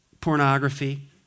pornography